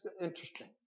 interesting